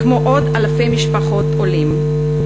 כמו עוד אלפי משפחות עולים.